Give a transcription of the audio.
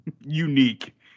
unique